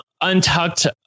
untucked